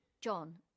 John